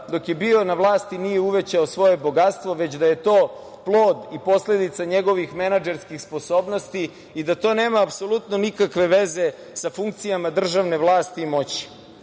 dok je bio vlasti nije uvećao svoje bogatstvo, već da je to plod i posledica njegovih menadžerskih sposobnosti i da to nema apsolutno nikakve veze sa funkcijama državne vlasti i moći.